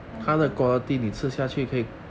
ten dollar